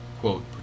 quote